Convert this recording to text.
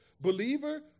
believer